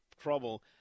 trouble